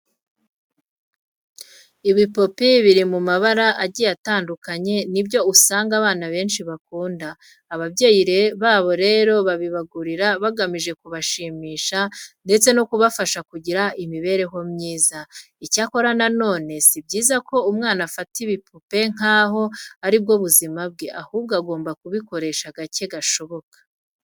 Ibipupe biri mu mabara agiye atandukanye ni byo usanga abana benshi bakunda. Ababyeyi babo rero babibagurira bagamije kubashimisha ndetse no kubafasha kugira imibereho myiza. Icyakora na none si byiza ko umwana afata ibipupe nkaho ari bwo buzima bwe, ahubwo agomba kubikoresha gake gashoboka.